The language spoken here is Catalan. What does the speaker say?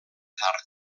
tard